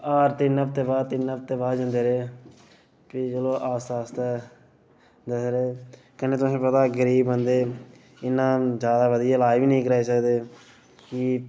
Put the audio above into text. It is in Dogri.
हर तिन्न हफ्ते बाद तिन हफ्ते बाद जंदे रेह् फ्ही चलो आस्तै आस्तै दसदे रेह् कन्नै तुसें गी पता गरीब बंदे इन्ना जैदा बधिया लाज बी नेईं कराई सकदे कि